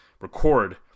record